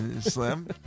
Slim